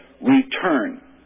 return